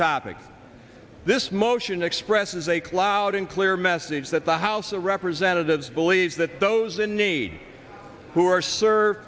topic this motion expresses a cloud in clear message that the house of representatives believes that those in need who are s